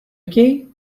okay